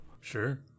sure